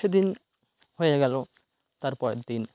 কিছুদিন হয়ে গেলো তার পরের দিন